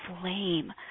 flame